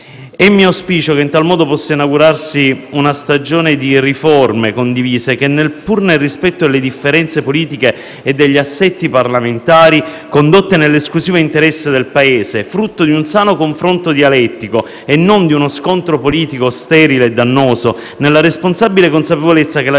Il mio auspicio è che in tal modo possa inaugurarsi una stagione di riforme condivise che, pur nel rispetto delle differenze politiche e degli assetti parlamentari, siano condotte nell'esclusivo interesse del Paese, frutto di un sano confronto dialettico e non di uno scontro politico sterile e dannoso, nella responsabile consapevolezza che la